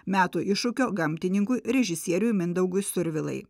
metų iššūkio gamtininkui režisieriui mindaugui survilai